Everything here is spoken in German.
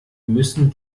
müssen